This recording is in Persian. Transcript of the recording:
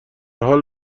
حال